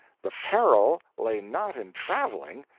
the peril lay not in traveling,